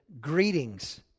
greetings